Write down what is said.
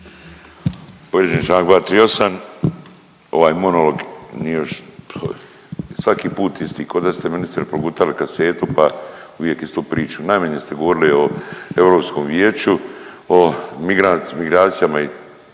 uvijek istu priču,